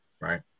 right